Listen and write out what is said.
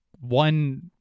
one